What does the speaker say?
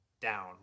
down